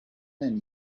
and